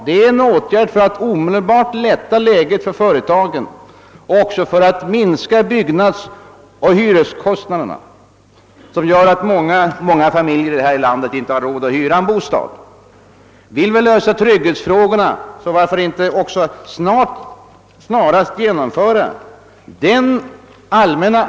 Det är en åtgärd som genast skulle lätta läget för företagen och även minska byggnadsoch hyreskostnaderna, som nu gör att många familjer inte har råd att hyra en bostad. Genomför också snarast den allmänna arbetslöshetsförsäkringen, som centern först av alla partier redan år 1963 aktualiserade.